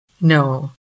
No